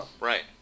Right